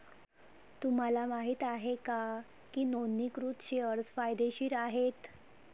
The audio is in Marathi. तुम्हाला माहित आहे का की नोंदणीकृत शेअर्स फायदेशीर आहेत?